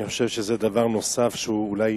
אני חושב שזה דבר נוסף שהוא אולי